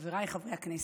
חבריי חברי הכנסת,